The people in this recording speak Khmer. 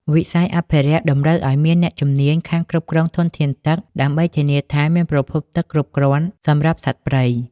វិស័យអភិរក្សតម្រូវឱ្យមានអ្នកជំនាញខាងគ្រប់គ្រងធនធានទឹក ដើម្បីធានាថាមានប្រភពទឹកគ្រប់គ្រាន់សម្រាប់សត្វព្រៃ។